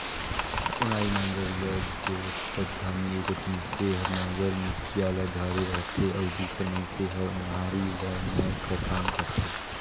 ओनारी नांगर ल जोतत घनी एगोट मइनसे हर नागर मुठिया ल धरे रहथे अउ दूसर मइनसे हर ओन्हारी ल नाए कर काम करथे